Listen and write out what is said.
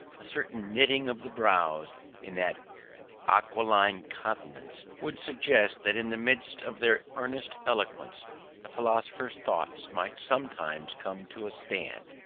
a certain knitting of the brows in that aquiline countenance, would suggest that in the midst of their earnest eloquence the philosopher's thoughts might sometimes come to a stand.